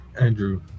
Andrew